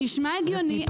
נשמע הגיוני,